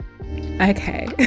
Okay